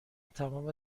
تمام